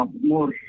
More